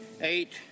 eight